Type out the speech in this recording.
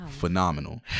Phenomenal